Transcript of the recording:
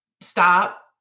stop